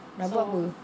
rabak apa